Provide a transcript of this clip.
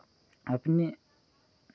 अपनी